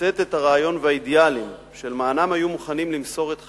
לשאת את הרעיון והאידיאלים שלמענם היו מוכנים למסור את חייהם: